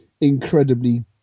incredibly